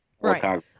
Right